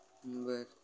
बरं